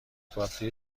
باتری